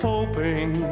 Hoping